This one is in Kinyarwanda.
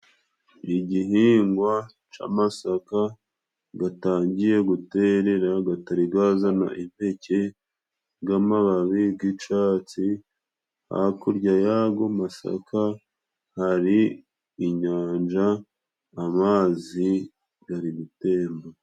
Igihingwa c'amasaka gatangiye guterera gatari gazana impeke g'amababi g'icatsi, hakurya yago masaka hari inyanja amazi gari gutemba.